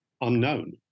unknown